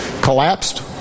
collapsed